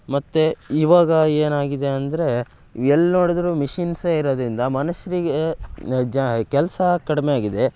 ಮತ್ತು ಇವಾಗ ಏನಾಗಿದೆ ಅಂದರೆ ಎಲ್ಲಿ ನೋಡಿದ್ರೂ ಮಿಷಿನ್ಸೇ ಇರೋದ್ರಿಂದ ಮನುಷ್ಯರಿಗೆ ಜ ಕೆಲಸ ಕಡಿಮೆ ಆಗಿದೆ